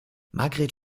margret